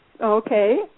Okay